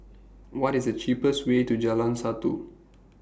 What IS The cheapest Way to Jalan Satu